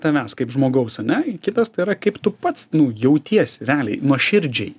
tavęs kaip žmogaus ane kitas tai yra kaip tu pats nu jautiesi realiai nuoširdžiai